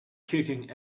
kicking